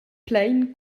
plein